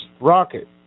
rocket